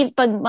pag